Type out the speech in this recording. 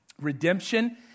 redemption